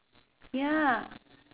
ya